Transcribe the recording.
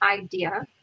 idea